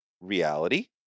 reality